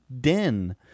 den